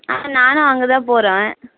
ஆ நானும் அங்கே தான் போகிறேன்